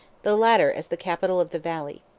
the latter as the capital of the valley.